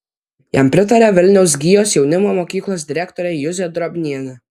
jam pritaria vilniaus gijos jaunimo mokyklos direktorė juzė drobnienė